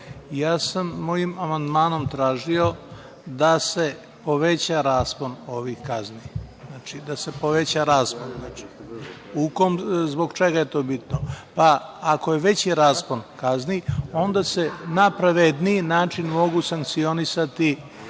ja sam mojim amandmanom tražio da se poveća raspon ovih kazni. Znači, da se poveća raspon. Zbog čega je to bitno? Pa, ako je veći raspon kazni, onda se na pravedniji način mogu sankcionisati